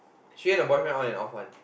she and her boyfriend on and off one